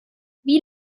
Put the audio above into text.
wie